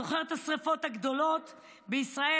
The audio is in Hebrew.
אתה זוכר את השרפות הגדולות בישראל